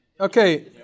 okay